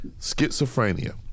schizophrenia